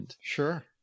Sure